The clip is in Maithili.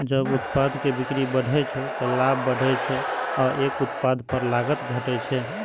जब उत्पाद के बिक्री बढ़ै छै, ते लाभ बढ़ै छै आ एक उत्पाद पर लागत घटै छै